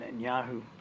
Netanyahu